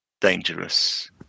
dangerous